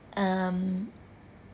um